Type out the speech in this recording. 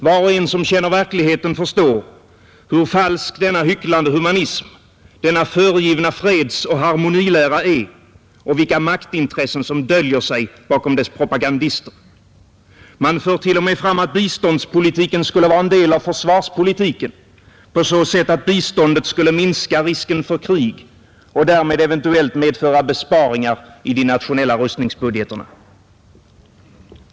Var och en som känner verkligheten förstår hur falsk denna hycklande humanism, denna föregivna fredsoch harmonilära är, och vilka maktintressen som döljer sig bakom dess propagandister. Man för t.o.m. fram att biståndspolitiken skulle vara en del av försvarspolitiken på så sätt att biståndet skulle minska risken för krig och därmed eventuellt medföra besparingar i de nationella rustningsbudgeterna.